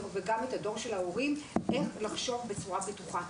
וגם את הדור של ההורים איך לחשוב בצורה בטוחה.